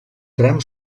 tram